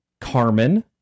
Carmen